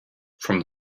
from